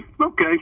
okay